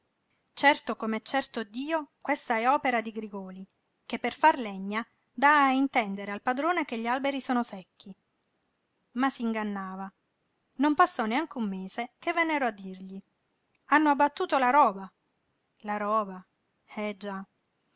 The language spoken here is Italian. atterrarli certo com'è certo dio questa è opera di grigòli che per far legna dà a intendere al padrone che gli alberi sono secchi ma s'ingannava non passò neanche un mese che vennero a dirgli hanno abbattuto la roba la roba eh già